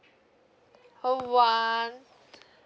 call one